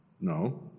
No